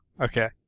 Okay